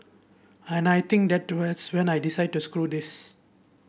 and I think that when I decide to screw this